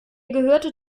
gehörte